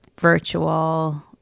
virtual